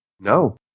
No